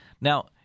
Now